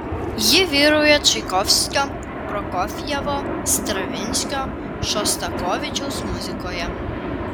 ji vyrauja čaikovskio prokofjevo stravinskio šostakovičiaus muzikoje